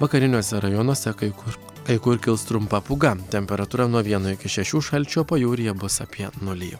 vakariniuose rajonuose kai kur kai kur kils trumpa pūga temperatūra nuo vieno iki šešių šalčio pajūryje bus apie nulį